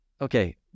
Okay